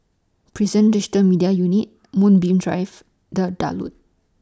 Prison Digital Media Unit Moonbeam Drive The